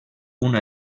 una